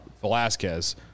Velasquez